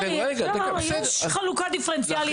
יש חלוקה דיפרנציאלית.